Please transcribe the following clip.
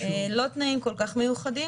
לא תנאים כל כך מיוחדים.